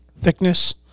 thickness